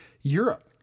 Europe